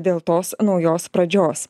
dėl tos naujos pradžios